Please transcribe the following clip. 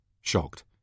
Shocked